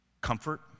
Comfort